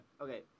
Okay